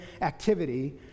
activity